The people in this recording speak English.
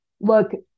look